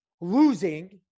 losing